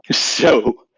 ah so,